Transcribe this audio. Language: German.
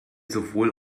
sowohl